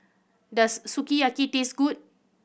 does Sukiyaki taste good